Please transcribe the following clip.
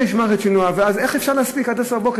יש מערכת שינוע, ואז, איך אפשר להספיק עד 10:00?